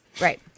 Right